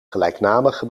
gelijknamige